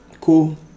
Cool